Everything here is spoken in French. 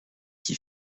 qui